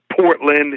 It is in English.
Portland